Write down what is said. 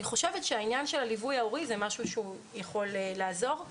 אני חושבת שהעניין של הליווי ההורי זה משהו שיכול לעזור.